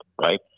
right